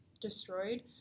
destroyed